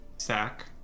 Sack